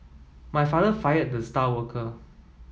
my father fired the star worker